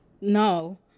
No